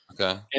okay